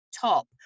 top